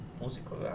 músico